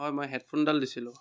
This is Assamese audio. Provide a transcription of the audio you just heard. হয় মই হেডফোন এডাল দিছিলোঁ